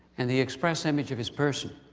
and the express image of his person